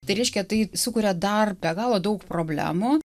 tai reiškia tai sukuria dar be galo daug problemų